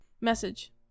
message